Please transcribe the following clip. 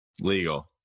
legal